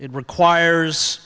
it requires